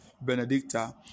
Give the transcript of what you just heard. Benedicta